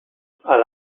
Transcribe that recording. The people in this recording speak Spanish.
con